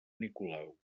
nicolau